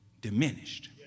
diminished